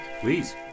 Please